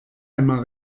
einmal